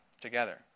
together